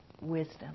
wisdom